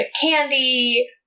candy